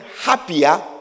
happier